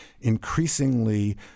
increasingly